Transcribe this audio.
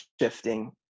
shifting